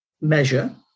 measure